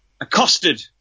accosted